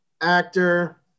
actor